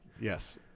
yes